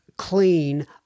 clean